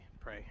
pray